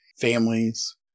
families